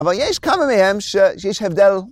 אבל יש כמה מיהם שיש הבדל.